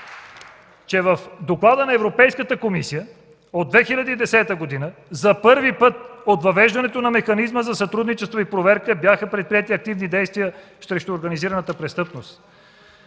и от доклада на Европейската комисия от 2010 г.: „За първи път от въвеждането на механизма за сътрудничество и проверка бяха предприети активни действия срещу организираната престъпност.